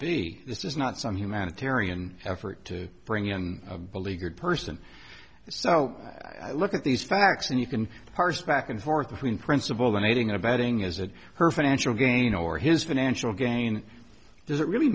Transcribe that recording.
be this is not some humanitarian effort to bring the beleaguered person so i look at these facts and you can parse back and forth between principle then aiding and abetting is that her financial gain or his financial gain does it really